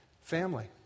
family